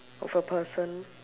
of a person